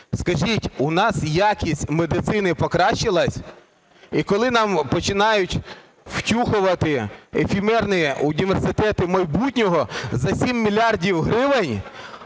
Скажіть, у нас якість медицини покращилась? І коли нам починають "втюхувати" ефемерні університети майбутнього за 7 мільярдів